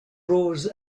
rows